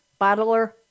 Bottler